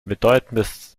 bedeutendes